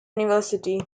university